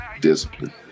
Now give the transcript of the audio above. discipline